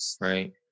right